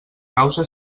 causa